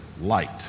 light